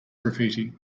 graffiti